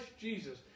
Jesus